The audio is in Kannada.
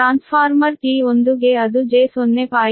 ಟ್ರಾನ್ಸ್ಫಾರ್ಮರ್ T1 ಗೆ ಅದು j0